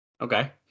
Okay